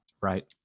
right